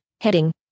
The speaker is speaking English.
heading